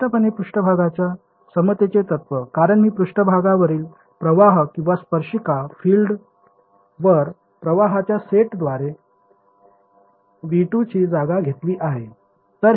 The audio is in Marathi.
स्पष्टपणे पृष्ठभागाच्या समतेचे तत्त्व कारण मी पृष्ठभागावरील प्रवाह किंवा स्पर्शिका फील्डवर प्रवाहांच्या सेटद्वारे V2 ची जागा घेतली आहे